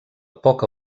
poca